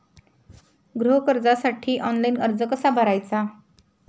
गृह कर्जासाठी ऑनलाइन अर्ज कसा भरायचा?